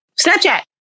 Snapchat